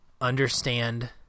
understand